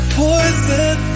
poison